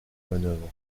manœuvre